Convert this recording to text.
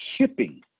shipping